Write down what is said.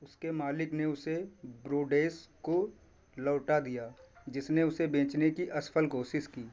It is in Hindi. उसके मालिक ने उसे ब्रोडेस को लौटा दिया जिसने उसे बेचने की असफल कोशिश की